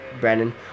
Brandon